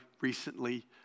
recently